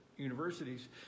Universities